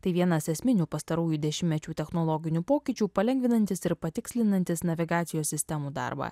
tai vienas esminių pastarųjų dešimtmečių technologinių pokyčių palengvinantis ir patikslinantis navigacijos sistemų darbą